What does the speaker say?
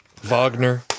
Wagner